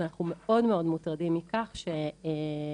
ואנחנו מאוד מוטרדים מכך שבעצם,